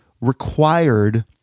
required